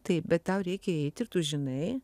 taip bet tau reikia eiti ir tu žinai